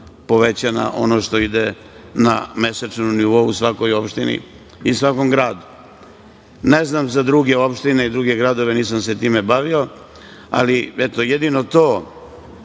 povećana, ono što ide na mesečnom nivou svakoj opštini i svakom gradu. Ne znam za druge opštine i druge gradove. Nisam se time bavio, ali jedino to